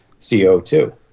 CO2